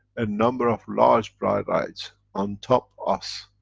a number of large bright lights on top us,